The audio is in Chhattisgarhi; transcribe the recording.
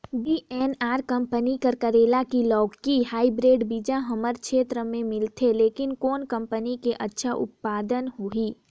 वी.एन.आर कंपनी के करेला की लौकी हाईब्रिड बीजा हमर क्षेत्र मे मिलथे, लेकिन कौन कंपनी के अच्छा उत्पादन होही?